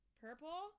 Purple